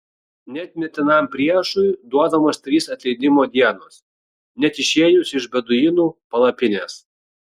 net mirtinam priešui duodamos trys atleidimo dienos net išėjus iš beduinų palapinės